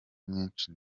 nyinshi